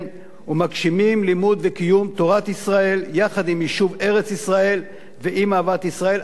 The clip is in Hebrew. ומגשימים לימוד וקיום תורת ישראל יחד עם יישוב ארץ-ישראל ועם אהבת ישראל".